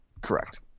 Correct